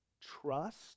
trust